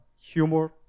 humor